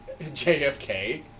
JFK